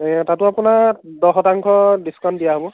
এই তাটো আপোনাক দহ শতাংশ ডিছকাউণ্ট দিয়া হ'ব